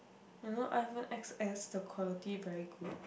you know iPhone X_S the quality very good